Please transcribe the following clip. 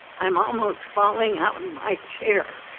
i'm almost falling out of my chair.